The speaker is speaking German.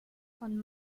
von